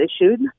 issued